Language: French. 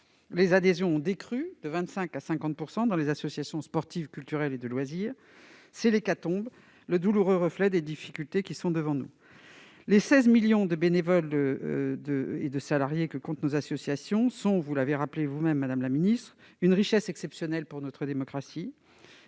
les adhésions ont décru de 25 % à 50 % dans les associations sportives, culturelles et de loisirs. C'est l'hécatombe, douloureux reflet des difficultés qui sont devant nous. Les 16 millions de bénévoles et de salariés que comptent nos associations sont- vous l'avez vous-même rappelé, madame la secrétaire d'État -une richesse exceptionnelle pour notre démocratie.